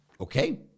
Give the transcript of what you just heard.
okay